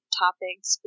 topics